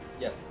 Yes